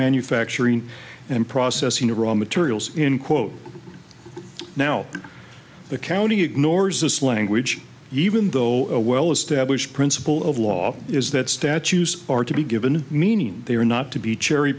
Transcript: manufacturing and processing of raw materials in quote now the county ignores this language even though a well established principle of law is that statues are to be given meaning they are not to be cherry